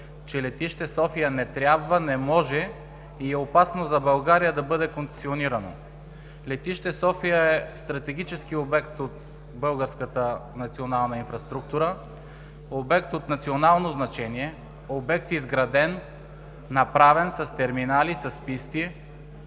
че Летище София не трябва, не може и е опасно за България да бъде концесионирано. Летище София е стратегически обект от българската национална инфраструктура, обект от национално значение, обект изграден, направен, с терминали, с писти